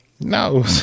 No